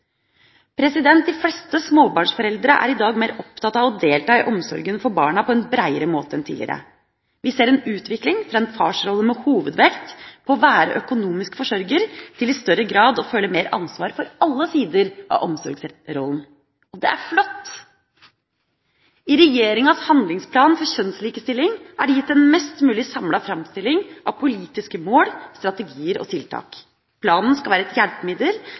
De fleste småbarnsforeldre er i dag opptatt av å delta i omsorgen for barna på en breiere måte enn tidligere. Vi ser en utvikling fra en farsrolle med hovedvekt på å være økonomisk forsørger til i større grad å føle mer ansvar for alle sider av omsorgsrollen. Det er flott! I regjeringas handlingsplan for kjønnslikestilling er det gitt en mest mulig samlet framstilling av politiske mål, strategier og tiltak. Planen skal være et hjelpemiddel